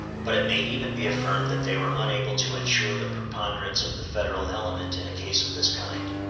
but it may even be affirmed that they were unable to ensure the preponderance of the federal element in a case of this kind.